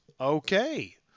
Okay